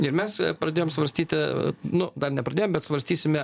ir mes pradėjom svarstyti nu dar nepradėjom bet svarstysime